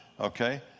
Okay